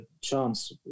chance